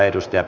kannatan